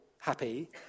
happy